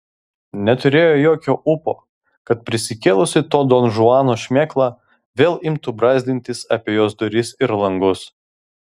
neturėjo jokio ūpo kad prisikėlusi to donžuano šmėkla vėl imtų brazdintis apie jos duris ir langus